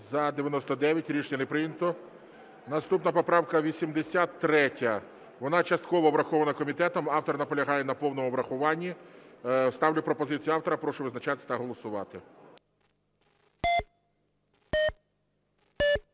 За-99 Рішення не прийнято. Наступна поправка 83. Вона частково врахована комітетом, автор наполягає на повному врахуванні. Ставлю пропозицію автора. Прошу визначатись та голосувати.